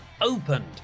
opened